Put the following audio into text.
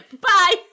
bye